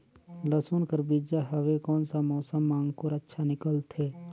लसुन कर बीजा हवे कोन सा मौसम मां अंकुर अच्छा निकलथे?